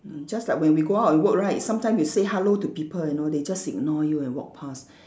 just like when we go out and work right sometimes you say hello to people you know they just ignore you and walk past